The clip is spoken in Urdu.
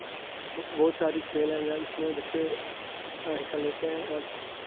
اُس اُس بہت ساری کھیل ہیں یا اِس میں بچے حصّہ لیتے ہیں اور